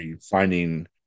finding